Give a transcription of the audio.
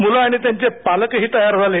मुलं आणि त्यांचे पालकही तयार झाले